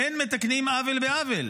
אין מתקנים עוול בעוול.